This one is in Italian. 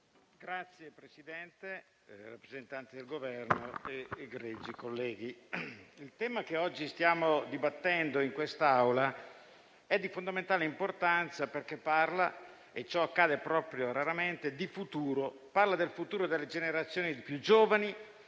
Signor Presidente, rappresentanti del Governo, egregi colleghi, il tema che oggi stiamo dibattendo in quest'Aula è di fondamentale importanza, perché parla - e ciò accade proprio raramente - di futuro. Parla del futuro delle generazioni più giovani